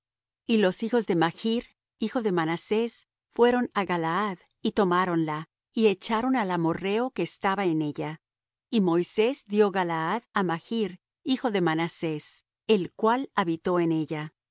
y los hijos de machr hijo de manasés fueron á galaad y tomáronla y echaron al amorrheo que estaba en ella y moisés dió galaad á machr hijo de manasés el cual habitó en ella